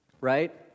right